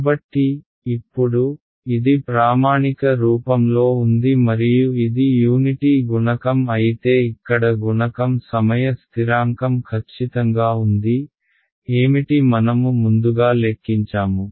కాబట్టి ఇప్పుడు ఇది ప్రామాణిక రూపం లో ఉంది మరియు ఇది యూనిటీ గుణకం అయితే ఇక్కడ గుణకం సమయ స్థిరాంకం ఖచ్చితంగా ఉంది ఏమిటి మనము ముందుగా లెక్కించాము